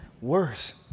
Worse